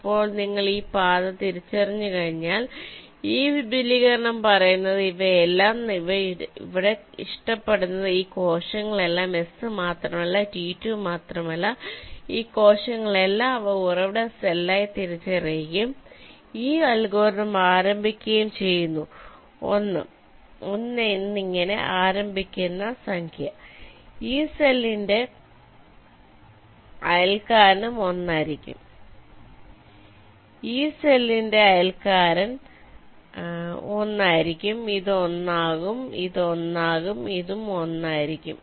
ഇപ്പോൾ നിങ്ങൾ ഈ പാത തിരിച്ചറിഞ്ഞുകഴിഞ്ഞാൽ ഈ വിപുലീകരണം പറയുന്നത് ഇവയെല്ലാം ഇവിടെ ഇഷ്ടപ്പെടുന്നത് ഈ കോശങ്ങളെല്ലാം S മാത്രമല്ല T2 മാത്രമല്ല ഈ കോശങ്ങളെല്ലാം അവ ഉറവിട സെല്ലായി തിരിച്ചറിയുകയും ഈ അൽഗോരിതം ആരംഭിക്കുകയും ചെയ്യുന്നു 1 1 എന്നിങ്ങനെ ആരംഭിക്കുന്ന സംഖ്യ ഈ സെല്ലിന്റെ അയൽക്കാരനും 1 ആയിരിക്കും ഈ സെല്ലിന്റെ അയൽക്കാരൻ 1 ആയിരിക്കും ഇത് 1 ആകും ഇത് 1 ആകും ഇതും 1 ആയിരിക്കും